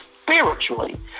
spiritually